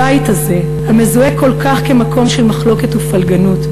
הבית הזה, המזוהה כל כך כמקור של מחלוקת ופלגנות,